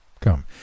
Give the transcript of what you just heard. Come